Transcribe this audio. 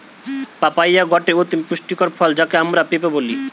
papaya গটে অতি পুষ্টিকর ফল যাকে আমরা পেঁপে বলি